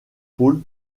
pôle